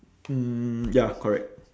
mm ya correct